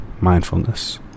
mindfulness